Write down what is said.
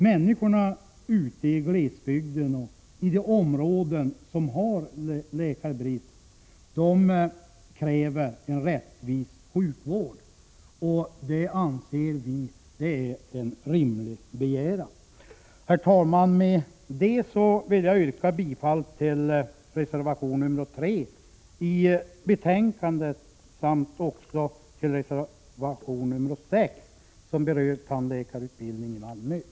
Människorna ute i glesbygden och i de områden som har läkarbrist kräver en rättvis sjukvård, och det anser vi är en rimlig begäran. Herr talman! Med detta vill jag yrka bifall till reservation 3 i betänkandet samt även till reservation 6, som gäller tandläkarutbildningen i Malmö.